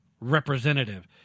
representative